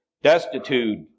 destitute